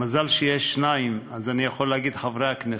מזל שיש שניים אז אני יכול להגיד "חברי הכנסת".